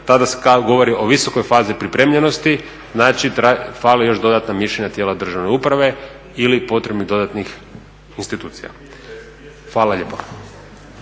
tada se govori o visokoj fazi pripremljenosti, znači fale još dodatna mišljenja tijela državne uprave ili potrebnih dodatnih institucija. Hvala lijepo.